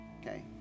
Okay